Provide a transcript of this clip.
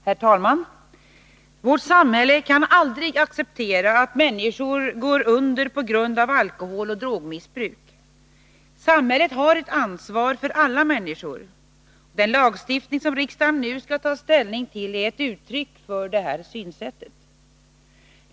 Herr talman! Vårt samhälle kan aldrig acceptera att människor går under på grund av alkoholoch drogmissbruk. Samhället har ett ansvar för alla människor. Den lagstiftning som riksdagen nu skall ta ställning till är ett uttryck för detta synsätt.